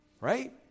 Right